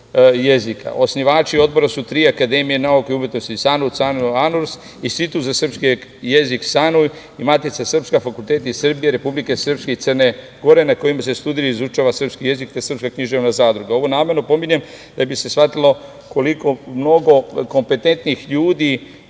jezika. Osnivači Odbora su tri akademije, nauka i umetnosti i SANU, Institut za srpski jezik SANU i Matica srpska, fakulteti iz Srbije, Republike Srpske i Crne Gore na čijim se studijama izučava srpski jezik, te srpska književna zadruga. Ovo namerno pominjem da bi se shvatilo koliko mnogo kompetentnih ljudi